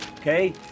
Okay